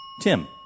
Tim